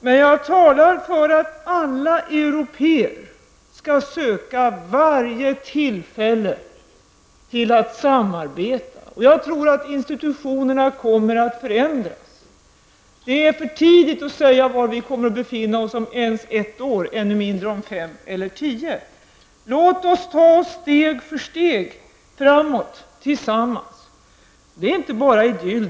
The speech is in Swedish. Men jag talar för att alla européer skall söka varje tillfälle att samarbeta. Jag tror att institutionerna kommer att förändras. Det är för tidigt att säga var vi kommer att befinna oss om ett år, ännu mindre om fem eller tio år. Låt oss tillsammans ta oss steg för steg framåt. Det är inte bara idyll.